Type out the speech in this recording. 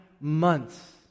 months